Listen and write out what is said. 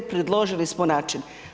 Predložili smo način.